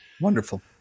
Wonderful